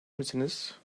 misiniz